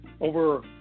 over